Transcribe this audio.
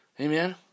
Amen